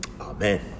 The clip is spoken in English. Amen